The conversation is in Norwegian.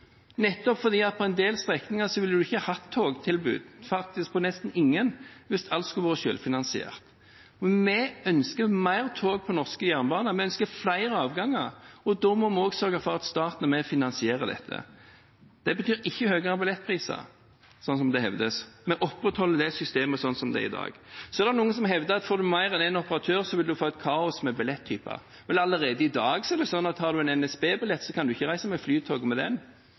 nettopp fordi en på en del strekninger ikke ville hatt togtilbud – faktisk nesten ingen – hvis alt skulle vært selvfinansiert. Vi ønsker mer tog på norske jernbaner, vi ønsker flere avganger, og da må vi også sørge for at staten er med og finansierer dette. Det betyr ikke høyere billettpriser, sånn som det hevdes. Vi opprettholder det systemet sånn som det er i dag. Så er det noen som hevder at får en mer enn en operatør, vil en få et kaos med billettyper. Vel, allerede i dag er det sånn at har en en NSB-billett, kan en ikke reise med Flytoget med den.